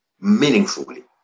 meaningfully